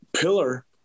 pillar